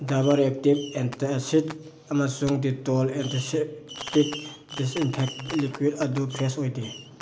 Dabur active antacid ꯑꯃꯁꯨꯡ Dettol antiseptic disinfectant liquid ꯑꯗꯨ fresh ꯑꯣꯏꯗꯦ